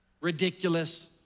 ridiculous